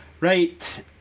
Right